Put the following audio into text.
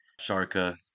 Sharka